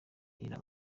ella